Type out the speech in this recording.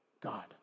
God